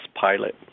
pilot